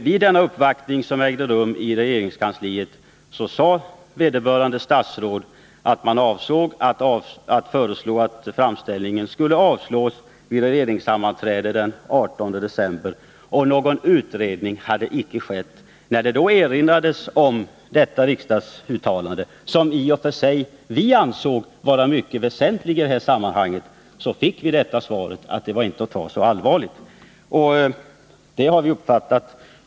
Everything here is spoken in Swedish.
Vid den uppvaktning som ägde rum i regeringskansliet sade vederbörande statsråd att man avsåg att föreslå att framställningen skulle avslås vid regeringssammanträde den 18 december, och någon utredning hade icke skett. När det då erinrades om detta riksdagsuttalande, som vi i och för sig ansåg vara mycket väsentligt i det här sammanhanget, fick vi svaret att det inte skulle tas så allvarligt.